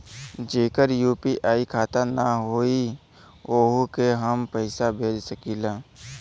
जेकर यू.पी.आई खाता ना होई वोहू के हम पैसा भेज सकीला?